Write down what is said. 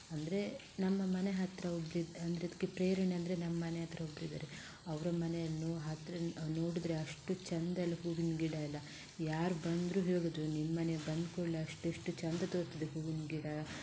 ಅಂದರೆ ನಮ್ಮ ಮನೆ ಹತ್ತಿರ ಒಬ್ಬರು ಇದು ಅಂದರೆ ಅದಕ್ಕೆ ಪ್ರೇರಣೆ ಅಂದರೆ ನಮ್ಮ ಮನೆ ಹತ್ತಿರ ಒಬ್ಬರು ಇದ್ದಾರೆ ಅವರ ಮನೆಯನ್ನು ಹತ್ತಿರ ನೋಡಿದರೆ ಅಷ್ಟು ಚಂದ ಎಲ್ಲ ಹೂವಿನ ಗಿಡ ಎಲ್ಲ ಯಾರು ಬಂದರೂ ಹೇಳುವುದು ನಿಮ್ಮ ಮನೆಗೆ ಬಂದ ಕೂಡಲೇ ಅಷ್ಟು ಎಷ್ಟು ಚಂದ ತೋರ್ತದೆ ಹೂವಿನ ಗಿಡ